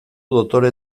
dotore